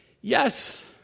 yes